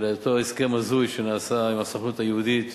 אותו הסכם הזוי שנעשה עם הסוכנות היהודית